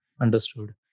Understood